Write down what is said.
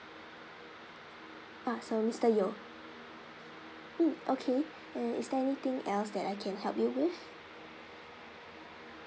ah so mister yeo mm okay and is there anything else that I can help you with